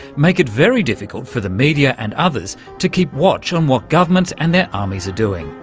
make it very difficult for the media and others to keep watch on what governments and their armies are doing,